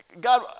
God